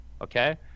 okay